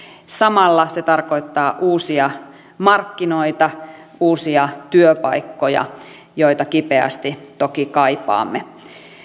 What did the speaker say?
samalla se tarkoittaa uusia markkinoita uusia työpaikkoja joita kipeästi toki kaipaamme